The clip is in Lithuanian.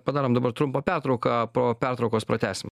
padarom dabar trumpą pertrauką po pertraukos pratęsim